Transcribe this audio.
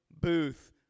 Booth